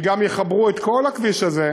שגם יחברו את כל הכביש הזה,